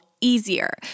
easier